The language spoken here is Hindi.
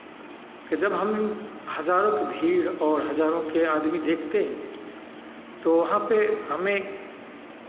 कि जब हम हज़ारों के भीड़ और हज़ारों के आदमी देखते हैं तो वहाँ पे हमें